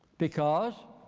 because,